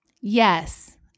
Yes